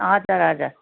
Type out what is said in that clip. हजुर हजुर